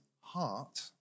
heart